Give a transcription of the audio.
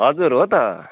हजुर हो त